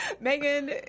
Megan